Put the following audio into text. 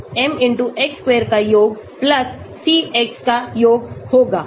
मूल रूप से आप इस समीकरण को ले रहे हैं सभी योग कर रहे हैं